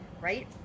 right